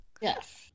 Yes